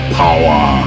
power